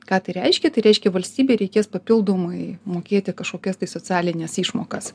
ką reiškia tai reiškia valstybei reikės papildomai mokėti kažkokias tai socialines išmokas